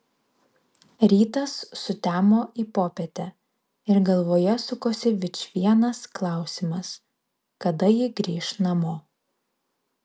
rytas sutemo į popietę ir galvoje sukosi vičvienas klausimas kada ji grįš namo